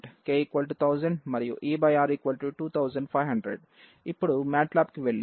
ఇప్పుడు మ్యట్లాబ్కి వెళ్ళి ఈ సమస్యను పరిష్కరిద్దాం